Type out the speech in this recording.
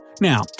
Now